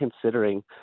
considering